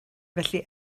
felly